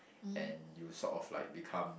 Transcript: and you sort of like become